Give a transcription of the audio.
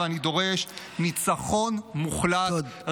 ואני דורש ניצחון מוחלט.